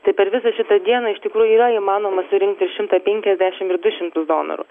tai per visą šitą dieną iš tikrųjų yra įmanoma surinkti ir šimtą penkiasdešim ir du šimtus donorų